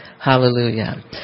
Hallelujah